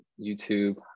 YouTube